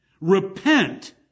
Repent